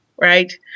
right